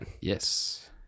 Yes